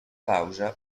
pausa